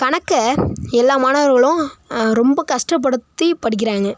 கணக்கை எல்லா மாணவர்களும் ரொம்ப கஷ்டப்படுத்தி படிக்கிறாங்க